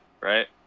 right